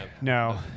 No